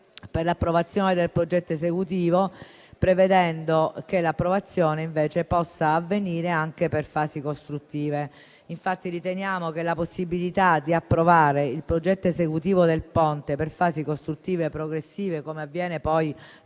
per l'approvazione del progetto esecutivo, prevedendo che l'approvazione invece possa avvenire anche per fasi costruttive. Riteniamo che la possibilità di approvare il progetto esecutivo del Ponte per fasi costruttive progressive - come avviene poi,